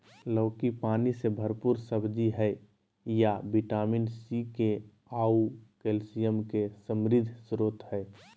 लौकी पानी से भरपूर सब्जी हइ अ विटामिन सी, के आऊ कैल्शियम के समृद्ध स्रोत हइ